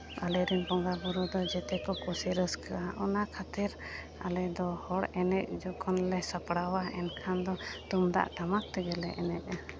ᱟᱞᱮ ᱨᱮᱱ ᱵᱚᱸᱜᱟᱼᱵᱩᱨᱩ ᱫᱚ ᱡᱮᱛᱮ ᱠᱚ ᱠᱩᱥᱤ ᱨᱟᱹᱥᱠᱟᱹᱜᱼᱟ ᱚᱱᱟ ᱠᱷᱟᱹᱛᱤᱨ ᱟᱞᱮ ᱫᱚ ᱦᱚᱲ ᱮᱱᱮᱡ ᱡᱚᱠᱷᱚᱱ ᱞᱮ ᱥᱟᱯᱲᱟᱣᱟ ᱮᱱᱠᱷᱟᱱ ᱫᱚ ᱛᱩᱢᱫᱟᱜ ᱴᱟᱢᱟᱠ ᱛᱮᱜᱮᱞᱮ ᱮᱱᱮᱡᱼᱟ